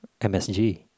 MSG